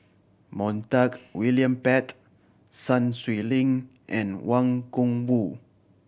Montague William Pett Sun Xueling and Wang Gungwu